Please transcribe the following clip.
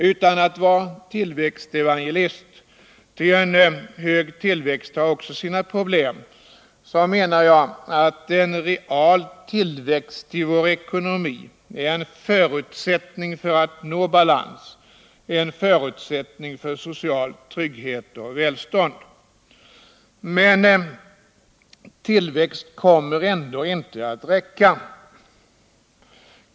Utan att vara tillväxtevangelist — ty en hög tillväxt har också sina problem — menar jag att en real tillväxt i vår ekonomi är en förutsättning för att vi skall nå balans, en förutsättning för social trygghet och välstånd. Men tillväxt kommer ändå inte att räcka.